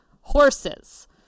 horses